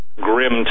grim